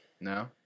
No